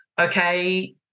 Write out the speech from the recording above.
okay